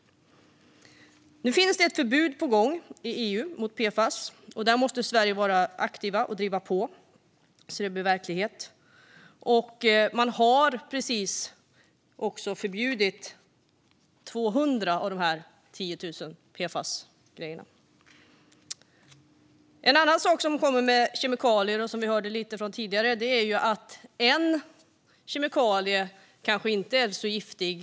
Nu finns det ett förbud på gång i EU mot PFAS, och Sverige måste vara aktivt och driva på så att det blir verklighet. Man har precis också förbjudit 200 av de här 10 000 PFAS-ämnena. En annan sak rörande kemikalier och som vi hörde lite om tidigare är att en enskild kemikalie kanske inte är så giftig.